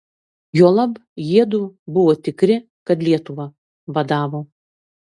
juolab jiedu buvo tikri kad lietuvą vadavo